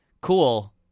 cool